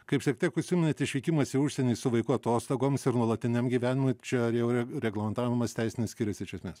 kaip šiek tiek užsiminėt išvykimas į užsienį su vaiku atostogoms ir nuolatiniam gyvenimui čia jau yra reglamentavimas teisinis skirias iš esmės